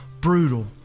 brutal